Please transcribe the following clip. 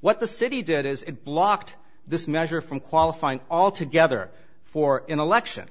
what the city did is it blocked this measure from qualifying altogether for election